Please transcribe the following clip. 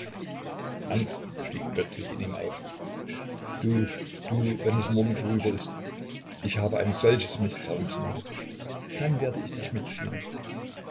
angst stieg plötzlich in ihm auf du du wenn es morgen vorüber ist ich habe ein solches mißtrauen zu mir dann werd ich dich mitziehen